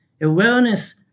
awareness